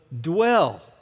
dwell